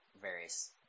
various